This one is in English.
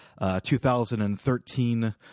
2013